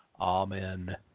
Amen